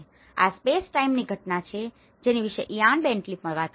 આ સ્પેસ ટાઇમની ઘટના છે જેની વિશે ઇયાન બેન્ટલી પણ વાત કરે છે